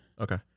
Okay